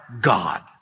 God